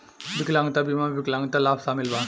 विकलांगता बीमा में विकलांगता लाभ शामिल बा